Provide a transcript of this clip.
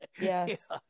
Yes